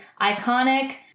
iconic